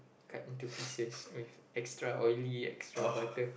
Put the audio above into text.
cut into pieces with extra oily extra butter